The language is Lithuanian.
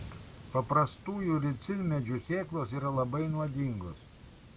paprastųjų ricinmedžių sėklos yra labai nuodingos